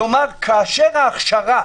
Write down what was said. כלומר, כאשר ההכשרה